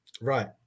Right